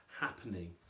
happening